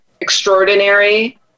extraordinary